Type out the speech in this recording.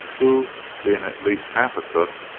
who, being at least half a cook,